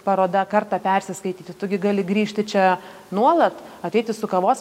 paroda kartą persiskaityti tu gi gali grįžti čia nuolat ateiti su kavos